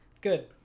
Good